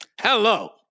Hello